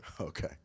Okay